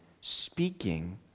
speaking